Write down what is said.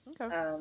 okay